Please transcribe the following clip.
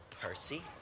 Percy